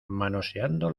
manoseando